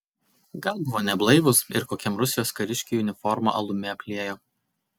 gal buvo neblaivūs ir kokiam rusijos kariškiui uniformą alumi apliejo